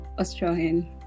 Australian